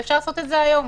ואפשר לעשות את זה היום.